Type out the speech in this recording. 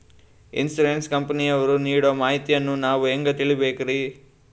Insurance ಕಂಪನಿಯವರು ನೀಡೋ ಮಾಹಿತಿಯನ್ನು ನಾವು ಹೆಂಗಾ ತಿಳಿಬೇಕ್ರಿ?